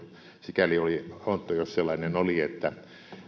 sikäli oli ontto jos sellainen oli että